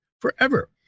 forever